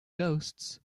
ghosts